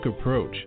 approach